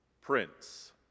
Prince